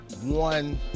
one